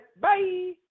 Bye